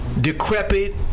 decrepit